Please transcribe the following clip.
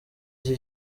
iki